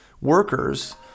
workers